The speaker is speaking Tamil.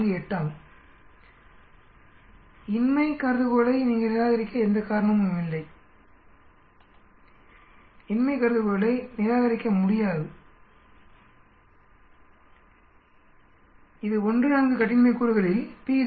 48 ஆகும் இன்மை கருதுகோளை நீங்கள் நிராகரிக்க எந்த காரணமும் இல்லை இன்மை கருதுகோளை நிராகரிக்க முடியாது இது 1 4 கட்டின்மை கூறுகளில் p 0